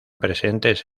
presentes